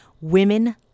Women